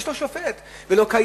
שיש לו מעמד שופט,